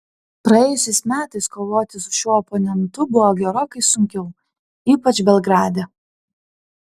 praėjusiais metais kovoti su šiuo oponentu buvo gerokai sunkiau ypač belgrade